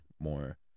more